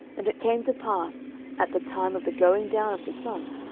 and it came to pass at the time of the going down of the sun,